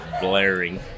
blaring